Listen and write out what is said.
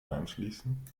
einschließen